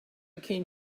came